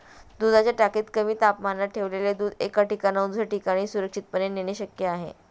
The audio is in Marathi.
दुधाच्या टाकीत कमी तापमानात ठेवलेले दूध एका ठिकाणाहून दुसऱ्या ठिकाणी सुरक्षितपणे नेणे शक्य आहे